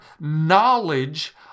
knowledge